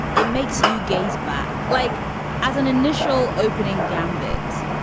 it makes you gaze back like as an initial opening gambit.